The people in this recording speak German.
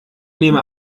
nehme